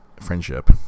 friendship